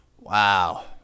Wow